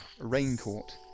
Raincourt